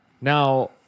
Now